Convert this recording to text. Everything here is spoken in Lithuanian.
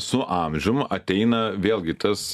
su amžium ateina vėlgi tas